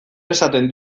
esaten